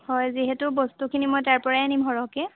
হয় যিহেতু বস্তুখিনি মই তাৰ পৰাই আনিম সৰহকৈ